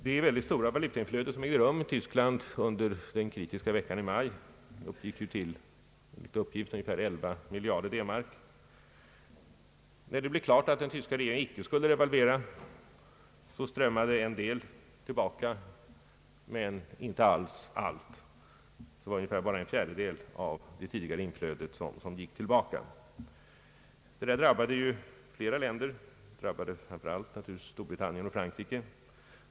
Det mycket stora valutautflöde som ägde rum till Tyskland under den kritiska veckan i maj, uppgick enligt uppgift till omkring 11 miljarder D-mark. När det blev klart att regeringen i Bonn inte skulle revalvera, strömmade en del tillbaka, men ingalunda allt, det var bara ungefär en fjärdedel av det tidigare utflödet som gick tillbaka. Detta drabbade ett flertal länder, framför allt naturligtvis Storbritannien och Frankrike.